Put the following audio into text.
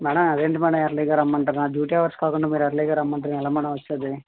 madam అదేంటి madam ఎర్లీగా రమ్మంటున్నారు నా డ్యూటీ హావర్స్ కాకుండా మీరు ఎర్లీగా రమ్మంటే నేను ఎలా మేడం వచ్చేది